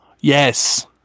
Yes